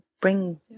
bring